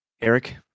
Eric